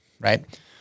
right